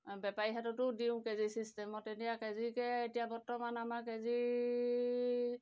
বেপাৰী হাততো দিওঁ কে জি চিষ্টেমত তেতিয়া কে জিকৈ এতিয়া বৰ্তমান আমাৰ কে জি